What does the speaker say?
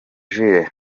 jules